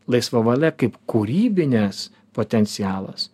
laisva valia kaip kūrybinis potencialas